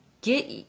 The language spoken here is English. get